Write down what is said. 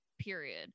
period